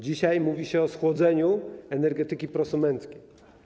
Dzisiaj mówi się o schłodzeniu energetyki prosumenckiej.